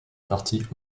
partie